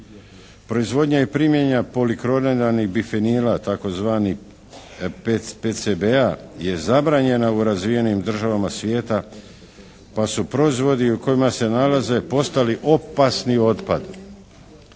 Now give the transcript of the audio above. Proizvodnja i primjena polikloriranih bifenila tzv. PCB je zabranjena u razvijenim državama svijeta pa su proizvodi u kojima se nalaze postali opasni otpad.